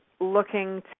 looking